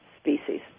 species